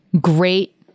great